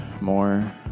more